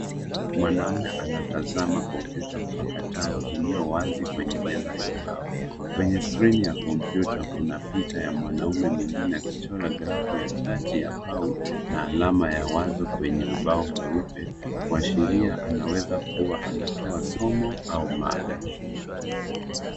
Mwanaume anatazama kompyuta mpakatao ilio wazi kwenye meza ya mbao. Kwenye skirini ya kompyuta Kuna picha ya mwanaume mwingine akichora grafu ya chati ya na pao alama ya wazo kwenye ubao mweupe kuashiria anaweza kuwa anatoa somo au mada.